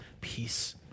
peace